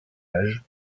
âge